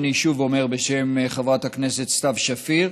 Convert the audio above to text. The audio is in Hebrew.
אני שוב אומר בשם חברת הכנסת סתיו שפיר,